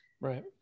Right